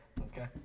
Okay